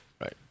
right